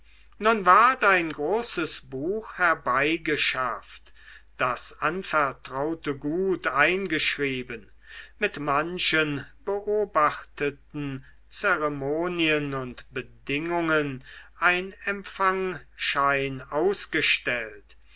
nun ward ein großes buch herbeigeschafft das anvertraute gut eingeschrieben mit manchen beobachteten zeremonien und bedingungen ein empfangschein ausgestellt